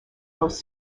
most